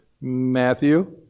Matthew